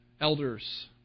elders